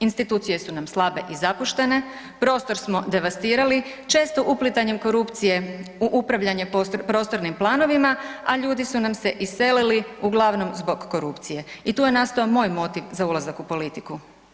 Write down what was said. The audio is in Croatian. Institucije su nam slabe i zapuštene, prostor smo devastirali, često uplitanjem korupcije u upravljanje prostornim planovima, a ljudi su nam se iselili uglavnom zbog korupcije i tu je nastao moj motiv za ulazak u politiku.